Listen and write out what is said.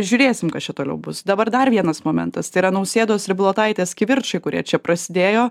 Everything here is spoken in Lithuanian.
žiūrėsim kas čia toliau bus dabar dabar dar vienas momentas tai yra nausėdos ir bilotaitės kivirčai kurie čia prasidėjo